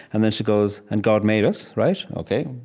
and then she goes, and god made us, right? ok.